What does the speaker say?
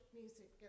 music